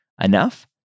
enough